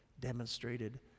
demonstrated